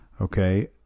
okay